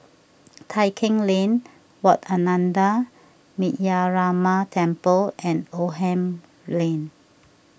Tai Keng Lane Wat Ananda Metyarama Temple and Oldham Lane